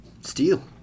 Steel